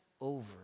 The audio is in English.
over